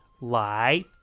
lie